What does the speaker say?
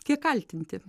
kiek kaltinti